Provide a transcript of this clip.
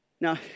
now